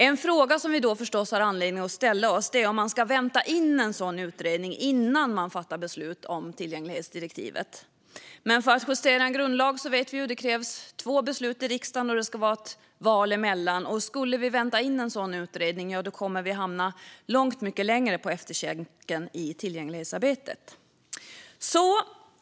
En fråga vi då har anledning att ställa oss är om vi ska vänta in en sådan utredning innan vi fattar beslut om tillgänglighetsdirektivet. För att justera en grundlag krävs det dock, som vi vet, två beslut i riksdagen, och det ska vara ett val däremellan. Skulle vi vänta in en sådan utredning skulle Sverige hamna mycket mer på efterkälken i tillgänglighetsarbetet.